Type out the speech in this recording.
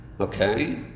Okay